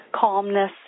calmness